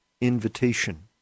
invitation